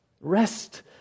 Rest